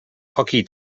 hockey